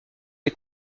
est